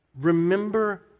Remember